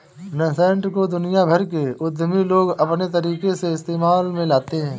nascent को दुनिया भर के उद्यमी लोग अपने तरीके से इस्तेमाल में लाते हैं